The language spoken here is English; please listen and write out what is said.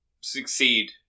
succeed